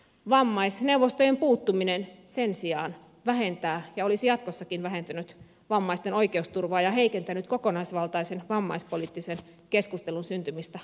vammaisneuvostojen puuttuminen sen sijaan vähentää ja olisi jatkossakin vähentänyt vammaisten oikeusturvaa ja olisi heikentänyt kokonaisvaltaisen vammaispoliittisen keskustelun syntymistä kuntatasolla